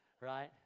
right